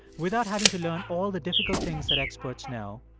without having to learn all the difficult things that experts know,